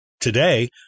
Today